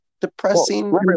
depressing